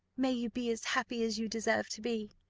may you be as happy as you deserve to be!